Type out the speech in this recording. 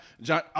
John